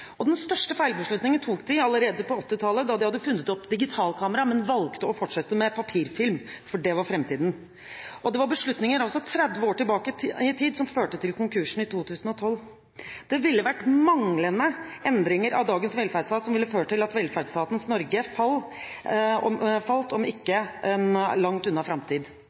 overleve. Den største feilbeslutningen tok de allerede på 1980-tallet da de hadde funnet opp digitalkameraet, men valgte å fortsette med papirfilm, for det var framtiden. Det var beslutninger 30 år tilbake i tid som førte til konkursen i 2012. Det ville vært manglende endringer av dagens velferdsstat som ville ført til velferdsstaten Norges fall i en framtid ikke langt unna. Manglende endringer i dagens velferdsstat ville føre til at velferdsstaten Norge falt i en framtid